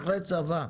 אחרי צבא,